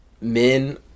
men